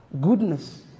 goodness